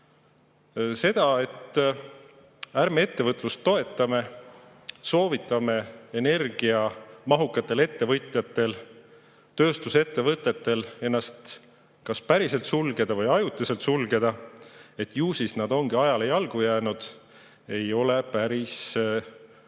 See, et ärme ettevõtlust toetame, soovitame energiamahukatel ettevõtjatel, tööstusettevõtetel ennast kas päriselt sulgeda või ajutiselt sulgeda, ju nad siis ongi ajale jalgu jäänud, ei ole